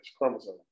chromosome